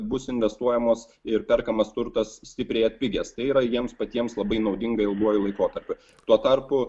bus investuojamos ir perkamas turtas stipriai atpigęs tai yra jiems patiems labai naudinga ilguoju laikotarpiu tuo tarpu